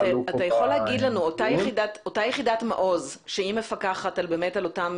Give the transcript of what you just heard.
אותה יחידת מעוז שמפקחת על אותם